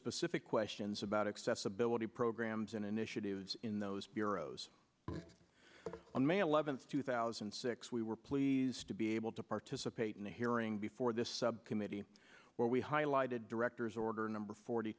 specific questions about accessibility programs and initiatives in those bureaus one man eleventh two thousand and six we were pleased to be able to participate in the hearing before this subcommittee where we highlighted directors order number forty